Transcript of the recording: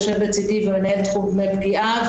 מנהל תחום דמי פגיעה,